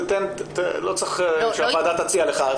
לא צריך שהוועדה תציע לך.